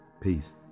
Peace